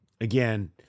again